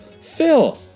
Phil